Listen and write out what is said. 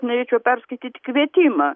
norėčiau perskaityti kvietimą